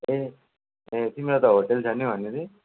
ए ए तिम्रो त होटल छ नि वहाँनिर